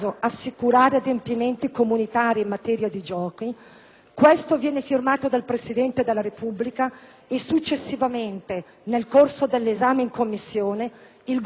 questo viene firmato dal Presidente della Repubblica e successivamente, nel corso dell'esame in Commissione, il Governo presenta emendamenti che stravolgono il testo iniziale,